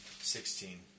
sixteen